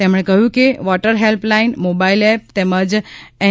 તેમણે કહ્યું કે વોટર હેલ્પલાઇન મોબાઇલ એપ તેમજ એન